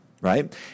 right